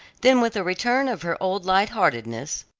then with a return of her old light-heartedness.